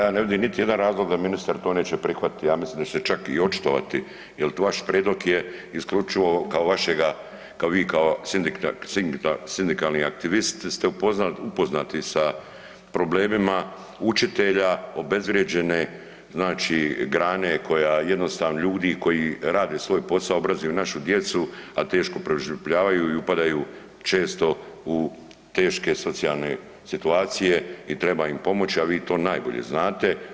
Pa ja ne vidim niti jedan razlog da ministar to neće prihvatiti, ja mislim da će se čak i očitovati jel vaš prijedlog je isključivo kao vašega, kao vi kao sindikalni aktivist ste upoznati sa problemima učitelja, obezvrijeđene znači grane koja, jednostavno ljudi koji rade svoj posao i obrazuju našu djecu, a teško preživljavaju i upadaju često u teške socijalne situacije i treba im pomoći, a vi to najbolje znate.